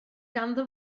ganddo